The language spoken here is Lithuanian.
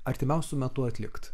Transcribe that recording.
artimiausiu metu atlikt